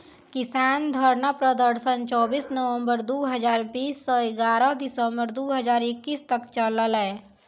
किसान धरना प्रदर्शन चौबीस नवंबर दु हजार बीस स ग्यारह दिसंबर दू हजार इक्कीस तक चललै